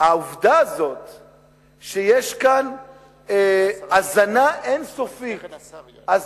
העובדה שיש כאן הזנה אין-סופית של